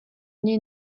něj